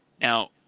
Now